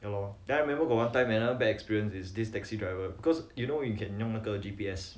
ya lor then I remember got one time another bad experience is this taxi driver because you know you get 用那个 G_P_S